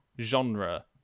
genre